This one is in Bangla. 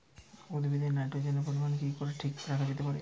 উদ্ভিদে নাইট্রোজেনের পরিমাণ কি করে ঠিক রাখা যেতে পারে?